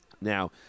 now